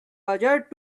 budget